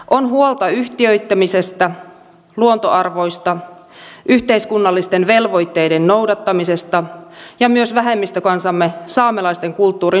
on huolta yhtiöittämisestä luontoarvoista yhteiskunnallisten velvoitteiden noudattamisesta ja myös vähemmistökansamme saamelaisten kulttuurin suojaamisesta